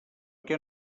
què